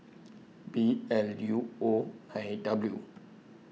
B L U O nine W